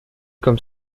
comme